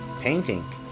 painting